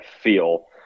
feel